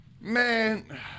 Man